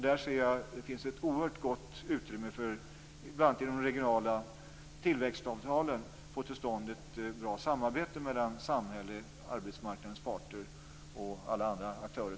Där ser jag att det finns ett oerhört gott utrymme bl.a. i de regionala tillväxtavtalen för att få till stånd ett bra samarbete mellan samhälle, arbetsmarknadens parter och alla andra aktörer.